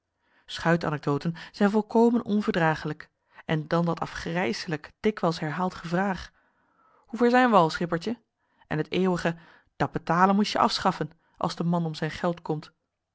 schuitanecdoten zijn volkomen onverdragelijk en dan dat afgrijselijk dikwijls herhaald gevraag hoe ver zijn we al schippertje en het eeuwige dat betalen moest je afschaffen als de man om zijn geld komt